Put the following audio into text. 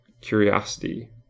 curiosity